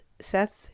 Seth